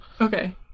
Okay